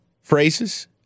phrases